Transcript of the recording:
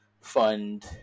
fund